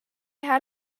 had